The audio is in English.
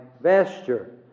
vesture